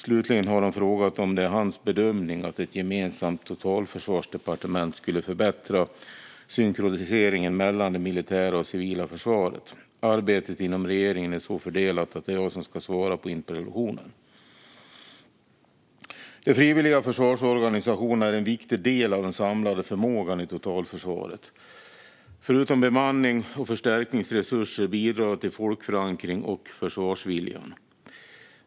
Slutligen har hon frågat om det är hans bedömning att ett gemensamt totalförsvarsdepartement skulle förbättra synkroniseringen mellan det militära och civila försvaret. Arbetet inom regeringen är så fördelat att det är jag som ska svara på interpellationen. De frivilliga försvarsorganisationerna är en viktig del av den samlade förmågan i totalförsvaret. Förutom med bemanning och förstärkningsresurser bidrar de till folkförankring och försvarsviljan.